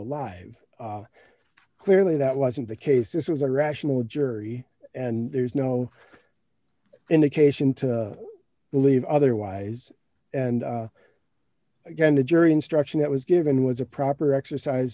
alive clearly that wasn't the case this was a rational jury and there's no indication to believe otherwise and again the jury instruction that was given was a proper exercise